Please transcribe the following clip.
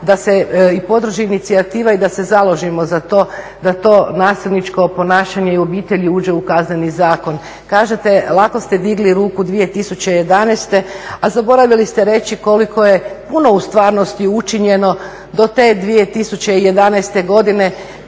da se i podrži inicijativa i da se založimo za to da to nasilničko ponašanje i u obitelji uđe u Kazneni zakon. Kažete, lako ste digli ruku 2011. a zaboravili ste reći koliko je puno u stvarnosti učinjeno do te 2011. godine